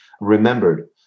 remembered